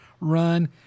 Run